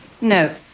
No